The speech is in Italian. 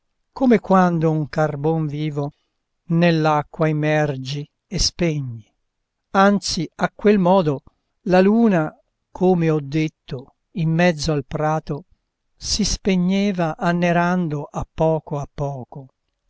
come quando un carbon vivo nell'acqua immergi e spegni anzi a quel modo la luna come ho detto in mezzo al prato si spegneva annerando a poco a poco